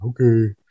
Okay